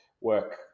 work